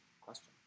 question